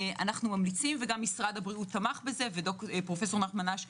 גם משרד הבריאות תמך בזה, וגם פרופ' נחמן אש.